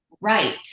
right